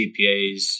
CPAs